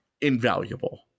invaluable